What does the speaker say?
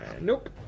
Nope